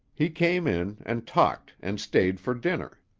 he came in and talked and stayed for dinner.